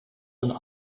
een